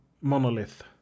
monolith